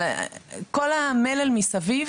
כל המלל מסביב